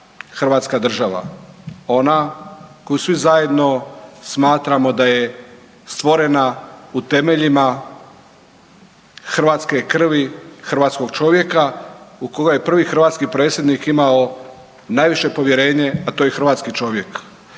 hrvatska država ona koju svi zajedno smatramo da je stvorena u temeljima hrvatske krvi, hrvatskog čovjeka u koga je prvi hrvatski predsjednik imao najviše povjerenje, a to je hrvatski čovjek.